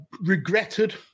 regretted